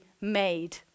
made